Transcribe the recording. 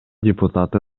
депутаты